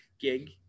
gig